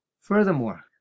Furthermore